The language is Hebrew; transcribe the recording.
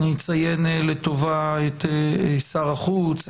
אני אציין לטובה את שר החוץ,